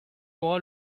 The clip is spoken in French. aura